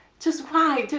just why?